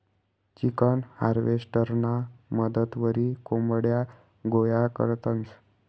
chicken हार्वेस्टरना मदतवरी कोंबड्या गोया करतंस